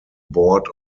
board